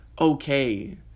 okay